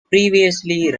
previously